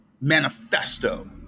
manifesto